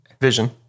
Vision